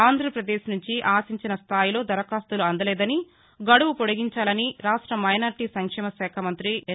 ఆంధ్రపదేశ్ నుంచి ఆశించిన స్దాయిలో దరఖాస్తులు అందలేదని గడువు పొడిగించాలని రాష్ట మైనార్టీ సంక్షేమ శాఖ మంత్రి ఎన్